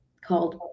called